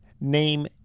Name